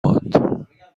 ماند